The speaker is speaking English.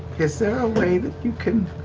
is there a way that you can